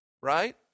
Right